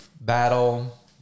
battle